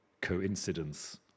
coincidence